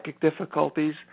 difficulties